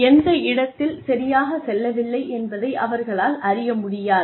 எந்த இடத்தில் சரியாகச் செல்லவில்லை என்பதை அவர்களால் அறிய முடியாது